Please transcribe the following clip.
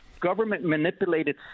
government-manipulated